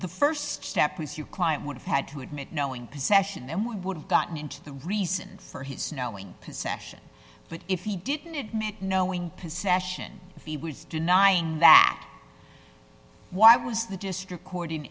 the st step with your client would have had to admit knowing possession then we would have gotten into the reasons for his knowing possession but if he didn't admit knowing possession if he was denying that why was the district court in